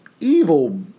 evil